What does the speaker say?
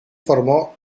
formó